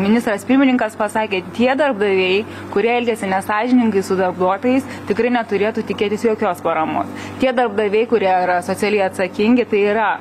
ministras pirmininkas pasakė tie darbdaviai kurie elgiasi nesąžiningai su darbuotojais tikrai neturėtų tikėtis jokios paramos tie darbdaviai kurie yra socialiai atsakingi tai yra